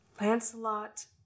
Lancelot